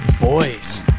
boys